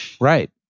Right